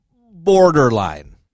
borderline